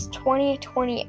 2020